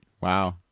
Wow